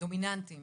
דומיננטיים